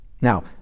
Now